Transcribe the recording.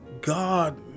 God